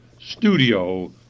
studio